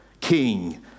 King